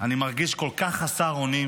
אני מרגיש כל כך חסר אונים,